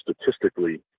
statistically